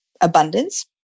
Abundance